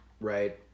right